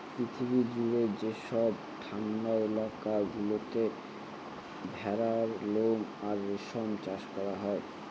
পৃথিবী জুড়ে যেসব ঠান্ডা এলাকা গুলোতে ভেড়ার লোম আর রেশম চাষ করা হয়